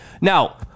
Now